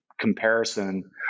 comparison